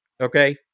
okay